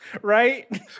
right